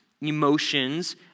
emotions